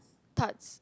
tarts